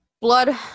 blood